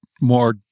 more